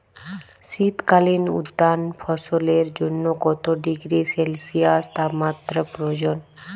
শীত কালীন উদ্যান ফসলের জন্য কত ডিগ্রী সেলসিয়াস তাপমাত্রা প্রয়োজন?